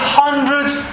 hundreds